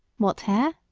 what hare?